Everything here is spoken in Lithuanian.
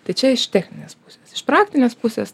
tai čia iš techninės pusės iš praktinės pusės